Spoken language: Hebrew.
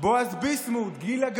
בועז ביסמוט, גילה גמליאל: